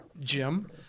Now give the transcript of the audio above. Jim